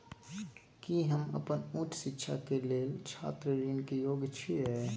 की हम अपन उच्च शिक्षा के लेल छात्र ऋण के योग्य छियै?